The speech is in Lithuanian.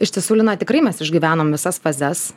iš tiesų lina tikrai mes išgyvenom visas fazes